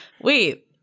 wait